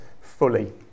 fully